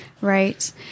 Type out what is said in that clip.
Right